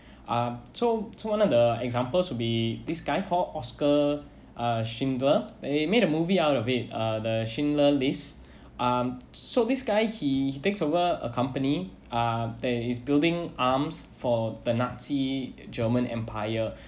uh so so one of the examples should be this guy called oskar uh schindler they made a movie out of it uh the schindler's list um so this guy he he takes over a ccompany uh there is building arms for the nazi german empire